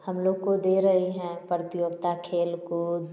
हम लोग को दे रहे हैं प्रतियोगिता खेल कूद